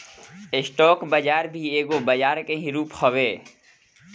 stock बाजार भी एगो बजरा के ही रूप हवे